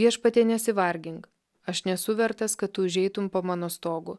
viešpatie nesivargink aš nesu vertas kad tu užeitum po mano stogu